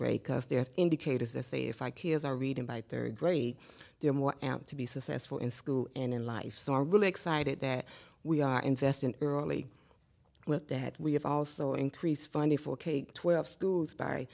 grade because they have indicators to say if i kids are reading by third grade they're more apt to be successful in school and in life so are really excited that we are investing early with that we have also increased funding for k twelve schools by